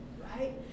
right